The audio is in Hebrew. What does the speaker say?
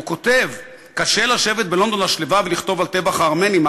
הוא כותב: "קשה לשבת בלונדון השלווה ולכתוב על טבח הארמנים.